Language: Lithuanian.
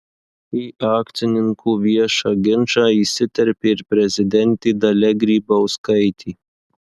į akcininkų viešą ginčą įsiterpė ir prezidentė dalia grybauskaitė